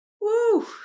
Woo